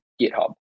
GitHub